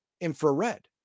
infrared